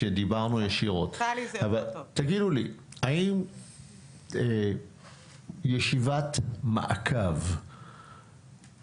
מורלי תגידו לי האם ישיבת מעקב